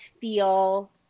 feel